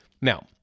now